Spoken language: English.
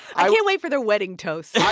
i can't wait for their wedding toast yeah